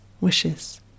wishes